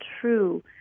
true